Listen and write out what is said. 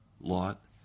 Lot